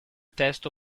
testo